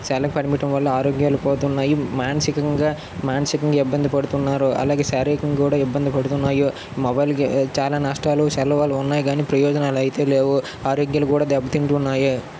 సెల్లుకి పరిమితం అవడం వల్ల ఆరోగ్యాలు పోతున్నాయి మానసికంగా మానసికంగా ఇబ్బంది పడుతున్నారు అలాగే శారీరకంగా కూడా ఇబ్బంది పడుతున్నాయో మొబైలు చాలా నష్టాలు సెల్లు వల్ల ఉన్నాయి కానీ ప్రయోజనాలు అయితే లేవు ఆరోగ్యాలు కూడా దెబ్బతింటున్నాయి